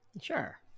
Sure